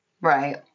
Right